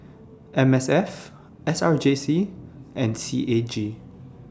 M S F S R J C and C A G